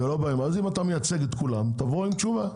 אז אם אתה מייצג את כולם תבוא עם תשובה.